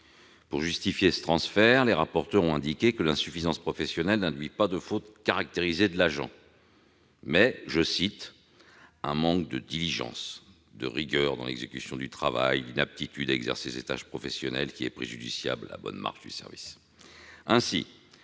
Pour justifier ce transfert, nos rapporteurs ont indiqué que l'insuffisance professionnelle n'induisait pas de faute caractérisée de l'agent, mais « un manque de diligence, de rigueur dans l'exécution du travail, une inaptitude à exercer ses tâches professionnelles qui est préjudiciable à la bonne marche du service ».